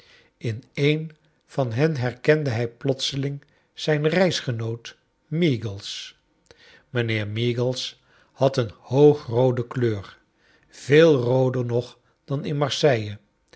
in een van hen herkende hij plotseling zijn reisgenoot meagles mijnheer meagles had een lioog roode kleur veel rooder nog dan in marseille